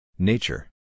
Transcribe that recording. Nature